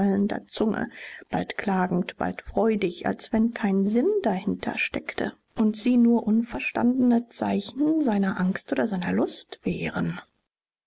zunge bald klagend bald freudig als wenn kein sinn dahintersteckte und sie nur unverstandene zeichen seiner angst oder seiner lust wären